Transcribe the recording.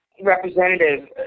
representative